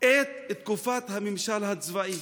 את תקופת הממשל הצבאי,